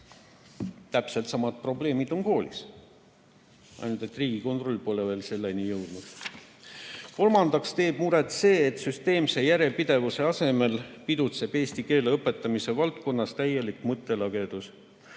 Täpselt samad probleemid on koolis. Ainult et Riigikontroll pole veel selleni jõudnud. Kolmandaks teeb muret see, et süsteemse järjepidevuse asemel pidutseb eesti keele õpetamise valdkonnas täielik mõttelagedus.